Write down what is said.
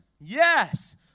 Yes